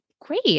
Great